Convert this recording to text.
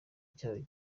cyayo